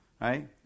Right